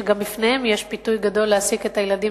שגם בפניהם יש פיתוי גדול להעסיק את הילדים,